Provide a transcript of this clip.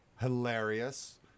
Hilarious